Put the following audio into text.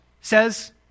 says